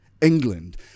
England